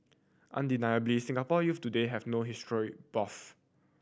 undeniably Singaporean youths today have no history buff